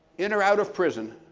in or out of prison,